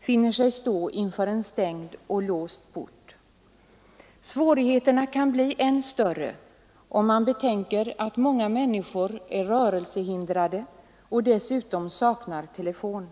finner sig stå inför en stängd port. Svårigheterna kan vara än större; man bör betänka att många människor är rörelsehindrade och dessutom saknar telefon.